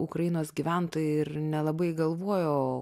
ukrainos gyventojai ir nelabai galvojo